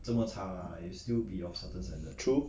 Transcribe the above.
true